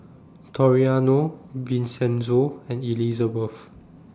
Toriano Vincenzo and Elizebeth